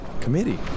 Committee